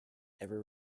every